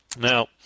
now